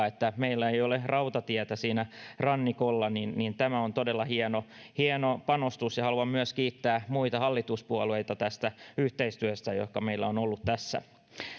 että meillä ei ole rautatietä siinä rannikolla eli tämä on todella hieno panostus haluan myös kiittää muita hallituspuolueita tästä yhteistyöstä joka meillä on ollut tässä